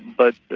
but it's.